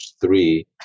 three